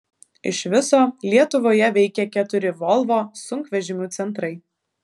iš viso lietuvoje veikia keturi volvo sunkvežimių centrai